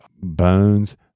Bones